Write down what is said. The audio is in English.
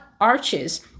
arches